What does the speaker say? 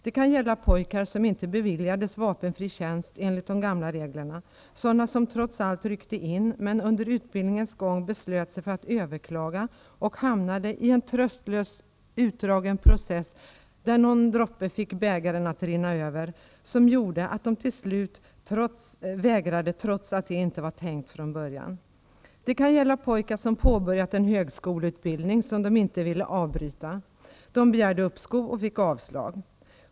Det kan gälla pojkar som inte beviljades vapenfri tjänst enligt de gamla reglerna, sådana som trots allt ryckte in, men som under utbildningens gång beslöt sig för att överklaga och hamnade i en tröstlöst utdragen process, där någon droppe fick bägaren att rinna över. Detta gjorde att de till slut vägrade, trots att det inte var tänkt från början. Det kan gälla pojkar som påbörjade en högskoleutbildning som de inte ville avbryta. De begärde uppskov och fick avslag.